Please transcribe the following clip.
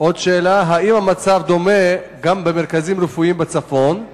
3. האם המצב דומה גם במרכזים רפואיים בצפון?